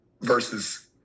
Versus